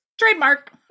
Trademark